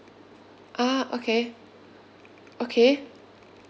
ah okay okay